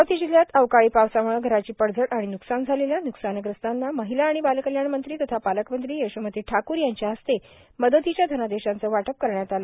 अमरावती जिल्ह्यात अवकाळी पावसाम्के घराची पडझड आणि न्कसान झालेल्या न्कसानग्रस्तांना आज महिला आणि बालकल्याण मंत्री तथा पालकमंत्री यशोमती ठाकूर यांच्या हस्ते मदतीच्या धनादेशांचं वाटप करण्यात आलं